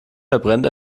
verbrennt